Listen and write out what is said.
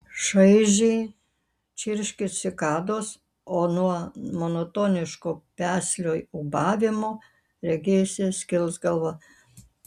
šaižiai čirškė cikados o nuo monotoniško peslio ūbavimo regėjosi skils galva